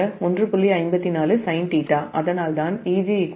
54 sinθஅதனால்தான் |Eg| 1